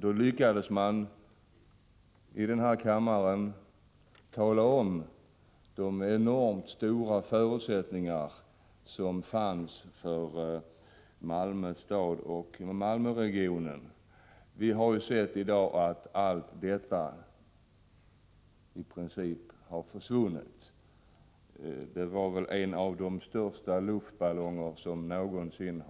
Då lyckades man i riksdagen göra det omtalat vilka enormt stora förutsättningar Malmö stad och Malmöregionen hade. Men vi ser i dag att alla sådana förutsättningar i princip har försvunnit. Det var väl en av de största luftballonger som någonsin